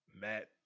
Matt